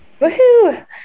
Woohoo